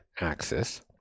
axis